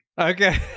Okay